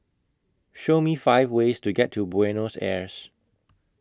Show Me five ways to get to Buenos Aires